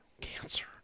cancer